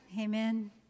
Amen